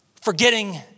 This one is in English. forgetting